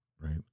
Right